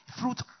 fruit